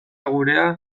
gurea